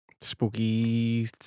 spooky